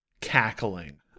cackling